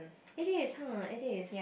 it is !huh! it is